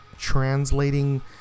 translating